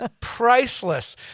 priceless